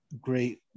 great